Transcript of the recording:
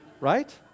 Right